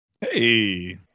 hey